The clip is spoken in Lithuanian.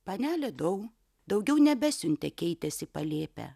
panelė dau daugiau nebesiuntė keitės į palėpę